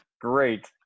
Great